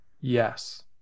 Yes